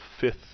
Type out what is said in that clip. fifth